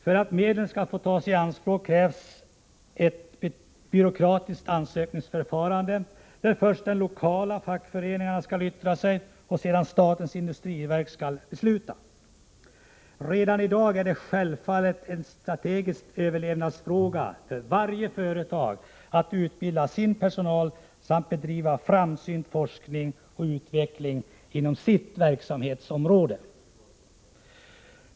För att medlen skall få tas i anspråk krävs ett byråkratiskt ansökningsförfarande där först de lokala fackföreningarna skall yttra sig och sedan statens industriverk skall besluta. Redan i dag är det självfallet en strategisk överlevnadsfråga för varje företag 123 att utbilda sin personal samt bedriva framsynt forskning och utveckling inom sitt verksamhetsområde.